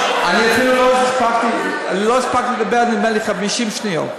לא הספקתי לדבר, נדמה לי, 50 שניות.